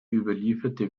überlieferte